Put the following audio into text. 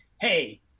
hey